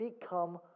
become